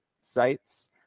sites